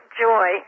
joy